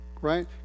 Right